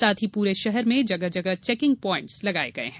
साथ ही पूरे शहर में जगह जगह चेकिंग पॉइंट्स लगाए गए हैं